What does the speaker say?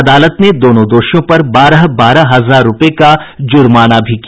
अदालत ने दोनों दोषियों पर बारह बारह हजार रुपये का जुर्माना भी किया